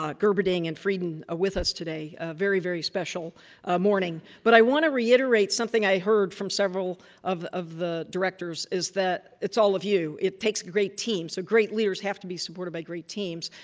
ah gerberding and frieden with us today. a very, very special morning, but i want to reiterate something i heard from several of, of the directors is that it's all of you. it takes a great team, so great leaders have to be supported by great teams,